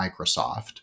Microsoft